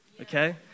Okay